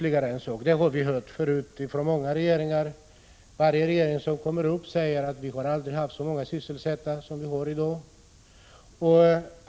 Vi har hört förut, från varje ny regering som kommer, att det aldrig tidigare har varit så många sysselsatta.